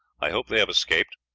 i hope they have escaped.